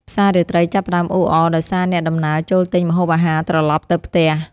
ផ្សាររាត្រីចាប់ផ្ដើមអ៊ូអរដោយសារអ្នកដំណើរចូលទិញម្ហូបអាហារត្រឡប់ទៅផ្ទះ។